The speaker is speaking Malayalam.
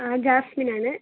ആ ജാസ്മിൻ ആണ്